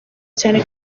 cyane